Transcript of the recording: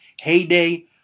heyday